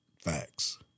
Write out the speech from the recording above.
facts